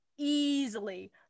easily